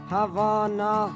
Havana